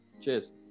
Cheers